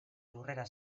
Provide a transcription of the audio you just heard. lurrera